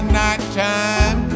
nighttime